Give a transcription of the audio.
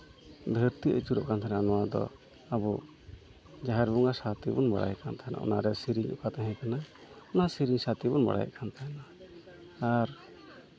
ᱫᱷᱟᱹᱨᱛᱤ ᱟᱹᱪᱩᱨᱚᱜ ᱠᱟᱱ ᱛᱟᱦᱮᱱᱟ ᱱᱚᱣᱟ ᱫᱚ ᱡᱟᱦᱮᱨ ᱵᱚᱸᱜᱟ ᱥᱟᱶᱛᱮ ᱵᱚᱱ ᱵᱚᱸᱜᱟ ᱟᱭ ᱠᱟᱱ ᱛᱟᱦᱮᱱᱟ ᱚᱱᱟᱨᱮ ᱥᱮᱨᱮᱧ ᱚᱠᱟ ᱛᱟᱦᱮᱸ ᱠᱟᱱᱟ ᱚᱱᱟ ᱥᱮᱨᱮᱧ ᱥᱟᱶ ᱛᱮ ᱵᱚᱱ ᱵᱟᱲᱟᱭ ᱠᱱ ᱛᱟᱦᱮᱱᱟ ᱟᱨ